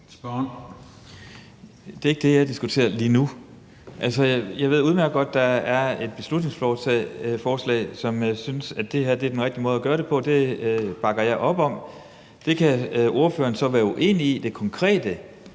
Det er ikke det, jeg diskuterer lige nu. Altså, jeg ved udmærket godt, at der er et beslutningsforslag, som jeg synes er den rigtige måde at gøre det på, og det bakker jeg op om. Ordføreren kan så være uenig i det konkrete,